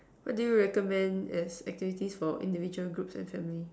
what do you recommend as activities for individual groups and semi